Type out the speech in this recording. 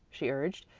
she urged.